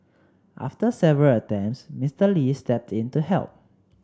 after several attempts Mister Lee stepped in to help